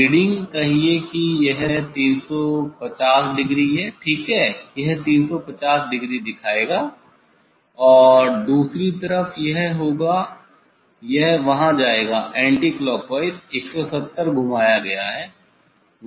reading कहिये कि यह 350 डिग्री है ठीक है यह 350 डिग्री दिखाएगा और दूसरी तरफ यह होगा यह वहाँ जाएगा एंटीक्लॉकवाइज 170 घुमाया गया है